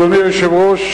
אדוני היושב-ראש,